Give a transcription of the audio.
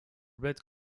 red